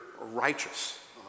righteous